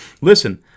Listen